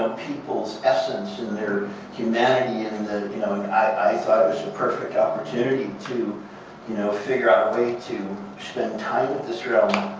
people's essence in their humanity. and and you know i thought it was the perfect opportunity to you know figure out a way to spend time with this realm,